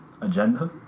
agenda